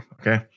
Okay